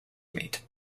meet